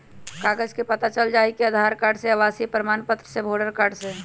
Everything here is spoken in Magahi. कागज से पता चल जाहई, आधार कार्ड से, आवासीय प्रमाण पत्र से, वोटर कार्ड से?